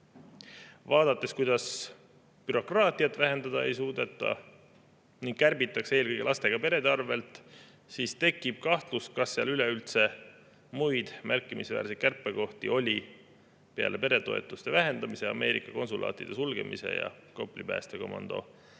Vaadates, kuidas bürokraatiat vähendada ei suudeta ning kärbitakse eelkõige lastega perede arvelt, tekib kahtlus, kas seal üleüldse muid märkimisväärseid kärpekohti oli peale peretoetuste vähendamise, Ameerikas konsulaatide sulgemise ja Kopli päästekomando